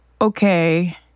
okay